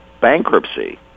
bankruptcy